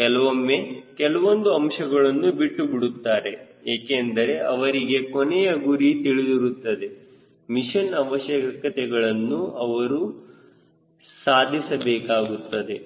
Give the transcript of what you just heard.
ಕೆಲವೊಮ್ಮೆ ಕೆಲವೊಂದು ಅಂಶಗಳನ್ನು ಬಿಟ್ಟುಬಿಡುತ್ತಾರೆ ಏಕೆಂದರೆ ಅವರಿಗೆ ಕೊನೆಯ ಗುರಿ ತಿಳಿದಿರುತ್ತದೆ ಮಿಷನ್ ಅವಶ್ಯಕತೆಗಳನ್ನು ಅವನು ಸಾಧಿಸಬೇಕಾಗುತ್ತದೆ